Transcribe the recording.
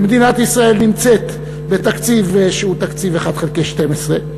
ומדינת ישראל נמצאת בתקציב שהוא 1 חלקי 12,